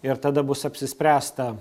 ir tada bus apsispręsta